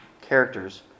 characters